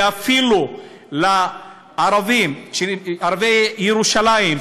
ואפילו אל ערביי ירושלים,